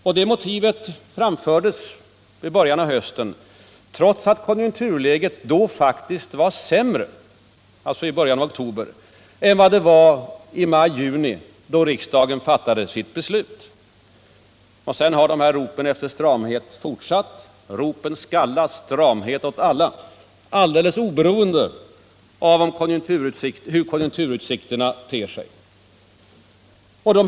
Och samma motiv framfördes, trots att konjunkturläget då faktiskt var sämre, alltså i början av oktober, än vad det var när riksdagen fattade sitt beslut i början av juni. Sedan har ropen efter stramhet fortsatt — ”Ropen skalla, stramhet åt alla” — alldeles oberoende av hur konjunkturutsikterna ter sig.